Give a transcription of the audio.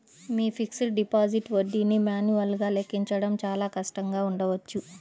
మీ fixed deposit వడ్డీని మాన్యువల్గా లెక్కించడం చాలా కష్టంగా ఉండవచ్చు